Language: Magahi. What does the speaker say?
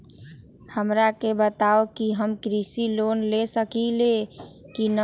हमरा के बताव कि हम कृषि लोन ले सकेली की न?